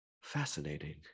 fascinating